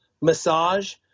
massage